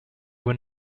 were